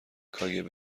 کاگب